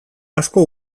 asko